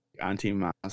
anti-mask